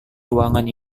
ruangan